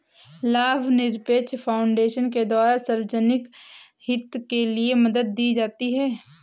लाभनिरपेक्ष फाउन्डेशन के द्वारा सार्वजनिक हित के लिये मदद दी जाती है